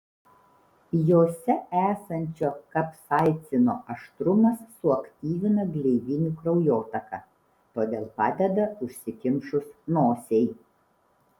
jose esančio kapsaicino aštrumas suaktyvina gleivinių kraujotaką todėl padeda užsikimšus nosiai